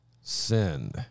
sin